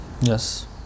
Yes